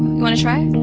you wanna try?